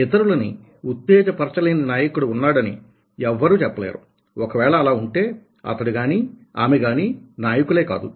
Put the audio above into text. ఇతరులని ఉత్తేజపరచ లేని నాయకుడు ఉన్నాడని ఎవరూ చెప్పలేరు ఒకవేళ అలా ఉంటే అతడు గాని ఆమె గానీ నాయకులే కాదు